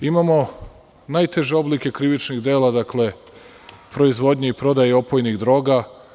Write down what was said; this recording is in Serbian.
Imamo najteže oblike krivičnih dela - proizvodnje i prodaje opojnih droga.